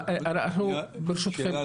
שאלה